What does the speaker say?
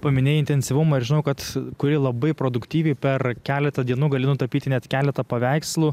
paminėjai intensyvumą ir žinau kad kuri labai produktyviai per keletą dienų gali nutapyti net keletą paveikslų